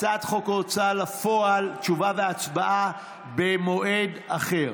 הצעת חוק ההוצאה לפועל, תשובה והצבעה במועד אחר.